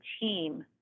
team